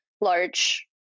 large